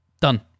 Done